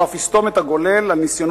הוא אף יסתום את הגולל על ניסיונות